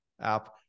app